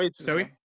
Sorry